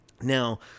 Now